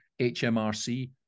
HMRC